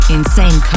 Insane